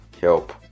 help